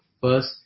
first